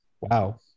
Wow